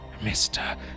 mr